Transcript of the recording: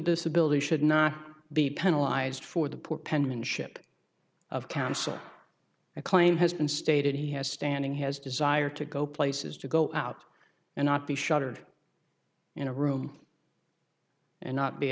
disability should not be penalize for the poor penmanship of counsel a claim has been stated he has standing has desire to go places to go out and not be shuttered in a room and not be